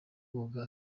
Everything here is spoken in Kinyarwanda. koga